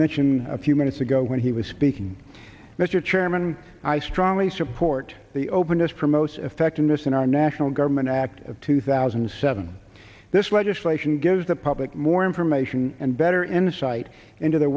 mention a few minutes ago when he was speaking mr chairman i strongly support the openness for most effectiveness in our national government act of two thousand and seven this legislation gives the public more information and better insight into the